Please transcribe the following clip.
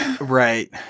Right